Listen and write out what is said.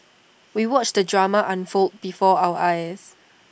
we watched the drama unfold before our eyes